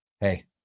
Hey